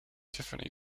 tiffany